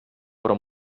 però